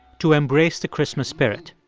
to embrace the christmas spirit.